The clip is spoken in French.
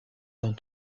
dans